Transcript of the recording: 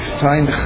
find